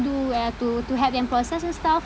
do and have to to help them process and stuff